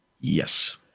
Yes